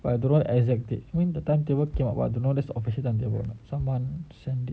but I don't know the exact date when the timetable came out but I don't know official timetbale or not someone send